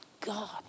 God